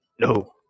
No